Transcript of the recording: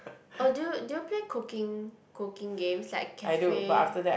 oh do you do you play cooking cooking games like cafe